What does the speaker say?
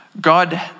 God